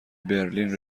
برلین